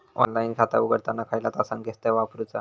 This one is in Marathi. ऑनलाइन खाता उघडताना खयला ता संकेतस्थळ वापरूचा?